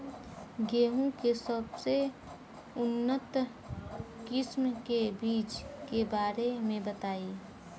गेहूँ के सबसे उन्नत किस्म के बिज के बारे में बताई?